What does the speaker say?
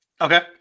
Okay